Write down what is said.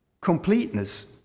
completeness